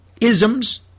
isms